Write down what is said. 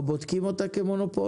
אתם לא בודקים אותה כמונופול?